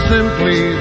Simply